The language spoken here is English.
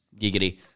giggity